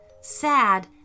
sad